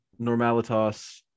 Normalitas